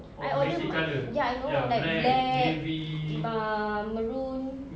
I order ya I know like black uh maroon